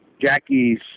Jackie's